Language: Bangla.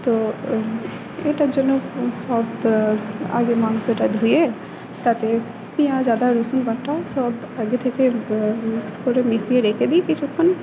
তো এটার জন্য সব আগে মাংসটা ধুয়ে তাতে পিয়াঁজ আদা রসুন বাটা সব আগে থেকে মিক্স করে মিশিয়ে রেখে দিই কিছুক্ষণ